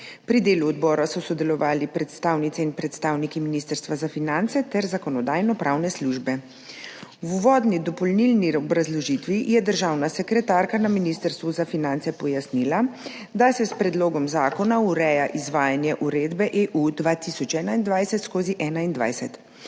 Pri delu odbora so sodelovali predstavnice in predstavniki Ministrstva za finance ter Zakonodajno-pravne službe. V uvodni dopolnilni obrazložitvi je državna sekretarka na Ministrstvu za finance pojasnila, da se s predlogom zakona ureja izvajanje uredbe EU 2021/21.